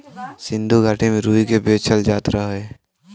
सिन्धु घाटी में रुई के बेचल जात रहे